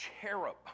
cherub